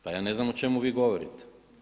Pa ja ne znam o čemu vi govorite?